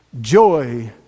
joy